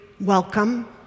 welcome